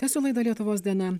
tęsių laidą lietuvos diena